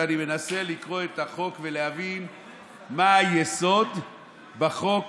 אני מנסה לקרוא את החוק ולהבין מה היסוד בחוק